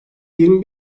yirmi